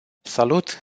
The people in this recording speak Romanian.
salut